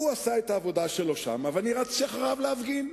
הוא עשה את העבודה שלו שם ואני רצתי אחריו להפגין.